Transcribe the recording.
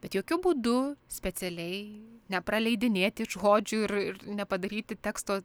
bet jokiu būdu specialiai nepraleidinėti žodžių ir ir nepadaryti teksto